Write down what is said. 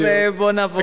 אז בוא נעבור.